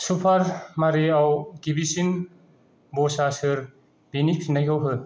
super मारिय' आव गिबिसिन बसआ सोर बेनि फिन्नायखौ हो